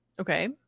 Okay